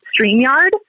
StreamYard